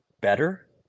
better